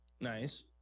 Nice